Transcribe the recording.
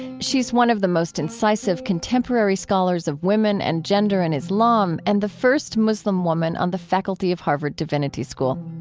she's one of the most incisive contemporary scholars of women and gender in islam, and the first muslim woman on the faculty of harvard divinity school.